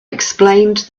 explained